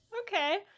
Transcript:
okay